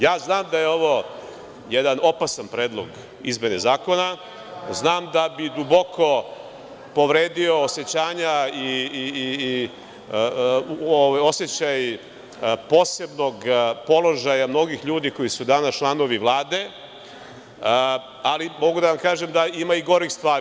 Ja znam da je ovo jedan opasan predlog izmene zakona, znam da bi duboko povredio osećanja i osećaj posebnog položaja mnogih ljudi koji su danas članovi Vlade, ali mogu da vam kažem da ima i gorih stvari.